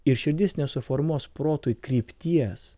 ir širdis nesuformuos protui krypties